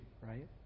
right